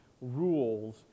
rules